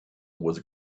was